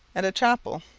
and a chapel.